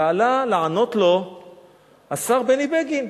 ועלה לענות לו השר בני בגין,